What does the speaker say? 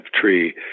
tree